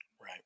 Right